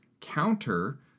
counter